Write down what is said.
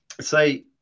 say